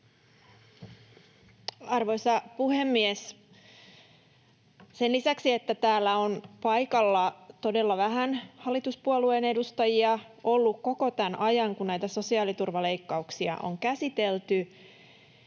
Arvoisa puhemies! Sen lisäksi, että täällä on paikalla todella vähän hallituspuolueiden edustajia — on ollut koko tämän ajan, kun näitä sosiaaliturvaleikkauksia on käsitelty